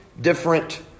different